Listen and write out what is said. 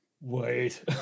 Wait